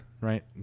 right